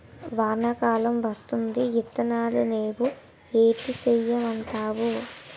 వానా కాలం వత్తాంది ఇత్తనాలు నేవు ఏటి సేయమంటావు